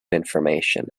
information